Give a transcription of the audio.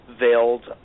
veiled